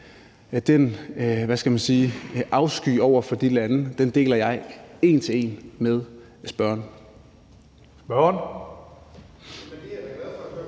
sige, afsky over for de lande deler jeg en til en med spørgeren.